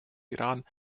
iran